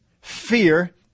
fear